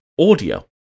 audio